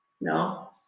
no